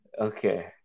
Okay